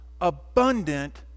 abundant